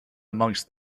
amongst